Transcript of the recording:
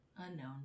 Unknown